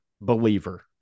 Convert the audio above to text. believer